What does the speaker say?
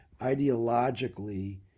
ideologically